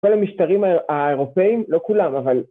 ‫כל המשטרים האירופאים, ‫לא כולם, אבל...